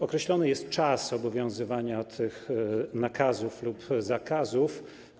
Określony jest czas obowiązywania tych nakazów lub zakazów.